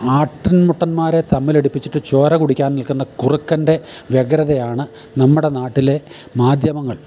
ആട്ടിൻമുട്ടന്മാരെ തമ്മിൽ അടുപ്പിച്ചിട്ട് ചോര കുടിക്കാൻ നിൽക്കുന്ന കുറുക്കൻ്റെ വ്യഗ്രതയാണ് നമ്മുടെ നാട്ടിലെ മാധ്യമങ്ങൾ